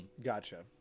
Gotcha